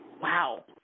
Wow